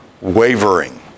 wavering